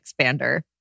expander